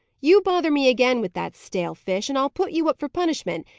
you bother me again with that stale fish, and i'll put you up for punishment.